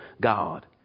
God